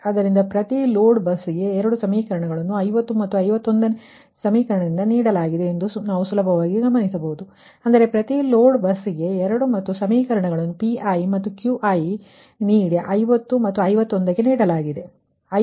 ಆದ್ದರಿಂದ ಪ್ರತಿ ಲೋಡ್ ಬಸ್ಗೆ 2 ಸಮೀಕರಣಗಳನ್ನು ನೀಡಲಾಗುತ್ತದೆ 50 ಮತ್ತು 51 ರ ಸಮೀಕರಣದಿಂದ ನೀಡಲಾಗುತ್ತದೆ ಎಂದು ನಾವು ಸುಲಭವಾಗಿ ಗಮನಿಸಬಹುದು ಅಂದರೆ ಪ್ರತಿ ಲೋಡ್ ಬಸ್ಗೆ Pi ಮತ್ತು Qi ಗೆ ಸಮೀಕರಣ 50 ಮತ್ತು 51 ಕ್ಕೆ ನೀಡಲಾಗಿದೆ